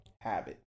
Habit